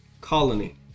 colony